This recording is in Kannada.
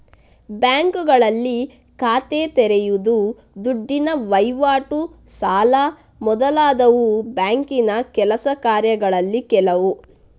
ಬ್ಯಾಂಕುಗಳಲ್ಲಿ ಖಾತೆ ತೆರೆಯುದು, ದುಡ್ಡಿನ ವೈವಾಟು, ಸಾಲ ಮೊದಲಾದವು ಬ್ಯಾಂಕಿನ ಕೆಲಸ ಕಾರ್ಯಗಳಲ್ಲಿ ಕೆಲವು